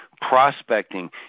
prospecting